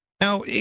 Now